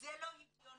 זה לא הגיוני